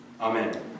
Amen